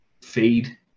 feed